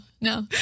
no